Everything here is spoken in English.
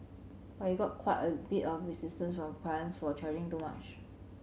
but you got quite a bit of resistance from clients for charging so much